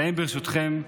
ברשותכם,